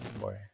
Boy